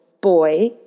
boy